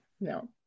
No